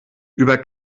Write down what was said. über